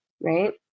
right